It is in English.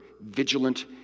vigilant